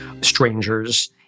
strangers